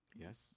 Yes